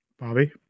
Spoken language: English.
Bobby